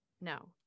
No